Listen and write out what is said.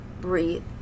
breathe